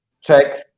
check